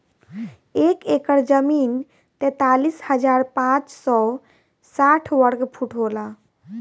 एक एकड़ जमीन तैंतालीस हजार पांच सौ साठ वर्ग फुट होला